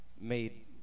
Made